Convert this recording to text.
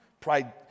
Pride